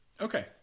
Okay